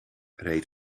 reed